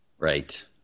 Right